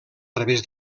través